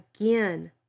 Again